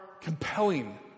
compelling